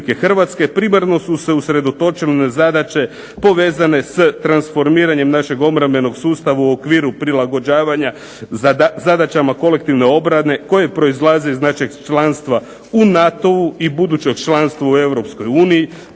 Hrvatske. Primarno su se usredotočile na zadaće povezane s transformiranjem našeg obrambenog sustava u okviru prilagođavanja zadaćama kolektivne obrane koje proizlaze iz našeg članstva u NATO-u i budućeg članstva u